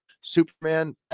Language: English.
Superman